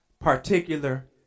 particular